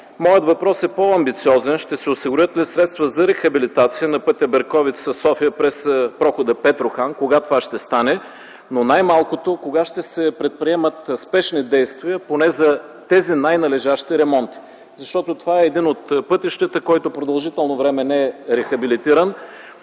Моят въпрос е по-амбициозен: ще се осигурят ли средства за рехабилитация на пътя Берковица-София през прохода Петрохан? Кога ще стане това? Но, най-малкото – кога ще се предприемат спешни действия поне за тези най-належащи ремонти, защото това е един от пътищата, който продължително време не е рехабилитиран.